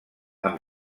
amb